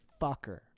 fucker